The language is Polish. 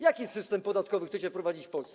Jaki system podatkowy chcecie wprowadzić w Polsce?